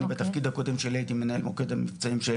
אני בתפקיד הקודם שלי הייתי מנהל מוקד המבצעים של